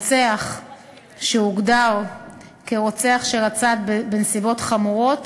רוצח שהוגדר כרוצח שרצח בנסיבות חמורות